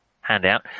handout